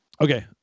Okay